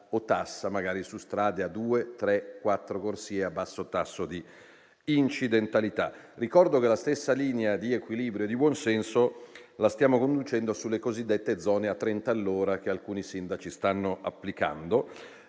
o tassa, magari su strade a due, tre, quattro corsie, a basso tasso di incidentalità. Ricordo che la stessa linea di equilibrio e di buonsenso stiamo conducendo sulle cosiddette zone a 30 all'ora, che alcuni sindaci stanno applicando.